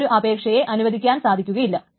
ഈ ഒരു അപേക്ഷയെ അനുവദിക്കുവാൻ സാധിക്കുകയില്ല